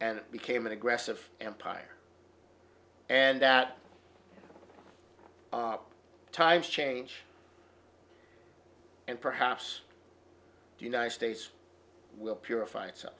and became an aggressive empire and that times change and perhaps the united states will purify